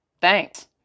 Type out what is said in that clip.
thanks